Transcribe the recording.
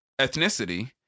ethnicity